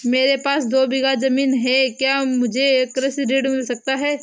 मेरे पास दो बीघा ज़मीन है क्या मुझे कृषि ऋण मिल सकता है?